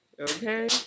Okay